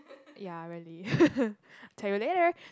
ya really tell you later